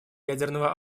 ядерного